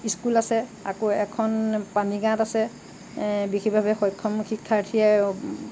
school আছে আকৌ এখন পানীগাঁৱত আছে বিশেষভাৱে সক্ষম শিক্ষাৰ্থীয়ে